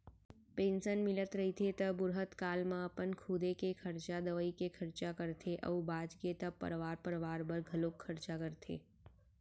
pension मिलत रहिथे त बुड़हत काल म अपन खुदे के खरचा, दवई के खरचा करथे अउ बाचगे त परवार परवार बर घलोक खरचा करथे